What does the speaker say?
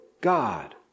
God